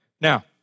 Now